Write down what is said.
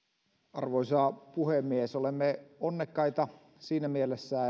arvoisa puhemies olemme onnekkaita siinä mielessä